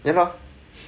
ya lor